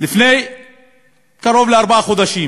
לפני קרוב לארבעה חודשים.